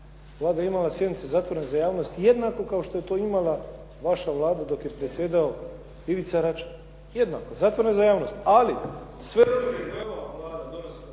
Vlada je imala sjednice zatvorene za javnost jednako kao što je to imala vaša Vlada dok je predsjedao Ivica Račan. Jednako, zatvorene za javnost. Ali sve odluke koje ova Vlada donese